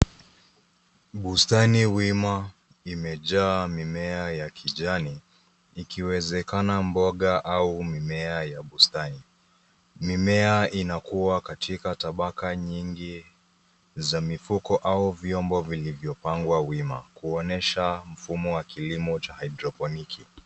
Buastani wima imejaa mimea ya kijani ikiwezekana mboga au mimea ya bustani, mimea inakua katika tabaka nyingi za mifuko au vyombo vilivyopangwa wima kuonesha mfumo wa kilimo cha haidroponiki.